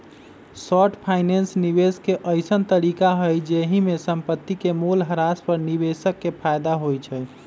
short finance निवेश के अइसँन तरीका हइ जाहिमे संपत्ति के मोल ह्रास पर निवेशक के फयदा होइ छइ